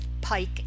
Pike